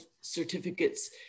certificates